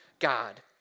God